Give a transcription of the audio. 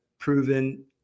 proven